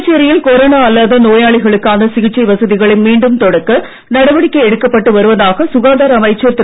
புதுச்சேரியில் கொரோனா அல்லாத நோயாளிகளுக்கான சிகிச்சை வசதிகளை மீண்டும் தொடக்க நடவடிக்கை எடுக்கப்பட்டு வருவதாக சுகாதார அமைச்சர் திரு